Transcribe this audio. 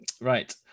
Right